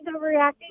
overreacting